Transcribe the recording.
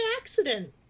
accident